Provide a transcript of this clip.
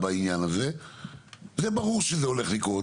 אבל זה ברור שזה הולך לקרות.